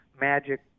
magic